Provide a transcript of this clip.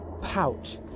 pouch